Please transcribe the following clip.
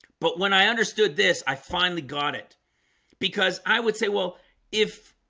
but when i understood this, i finally got it because i would say well if